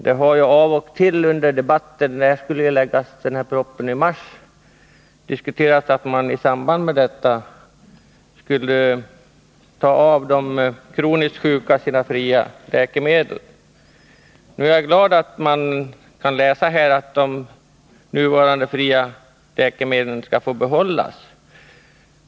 Det har ju av och till diskuterats att de kroniskt sjuka i samband med att den här propositionen skulle läggas fram i mars skulle mista sina fria läkemedel. Nu är jag därför glad för att man kan läsa i betänkandet att de fria läkemedlen skall behållas.